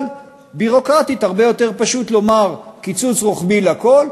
אבל ביורוקרטית הרבה יותר פשוט לומר: קיצוץ רוחבי לכול,